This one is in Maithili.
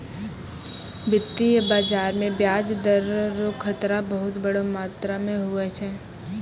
वित्तीय बाजार मे ब्याज दर रो खतरा बहुत बड़ो मात्रा मे हुवै छै